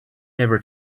ever